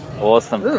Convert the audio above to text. Awesome